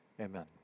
Amen